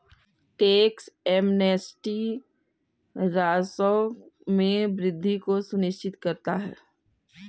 tax amnesty राजस्व में वृद्धि को सुनिश्चित करता है